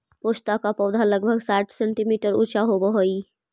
पोस्ता का पौधा लगभग साठ सेंटीमीटर ऊंचा होवअ हई